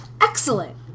Excellent